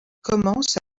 commence